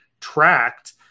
tracked